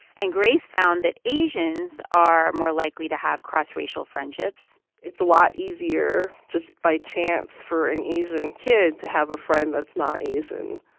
and grace found that asians are more likely to have cross-racial friendships it's a lot easier, just by chance, for an asian kid to have a friend that's not asian.